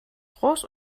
groß